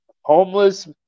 homeless